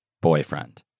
Boyfriend